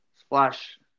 Splash